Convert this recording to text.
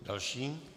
Další.